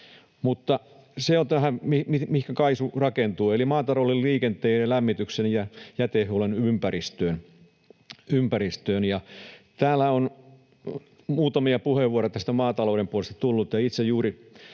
se on tämä, mihinkä KAISU rakentuu, eli maatalouden, liikenteen, lämmityksen ja jätehuollon ympäristöön. Täällä on muutamia puheenvuoroja maatalouden puolesta tullut,